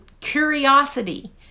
Curiosity